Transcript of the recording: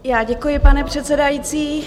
Já děkuji, pane předsedající.